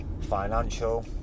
financial